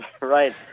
right